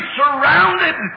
surrounded